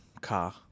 car